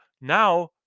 now